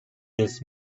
this